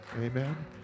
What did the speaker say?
amen